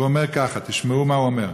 והוא אומר ככה, תשמעו מה הוא אומר: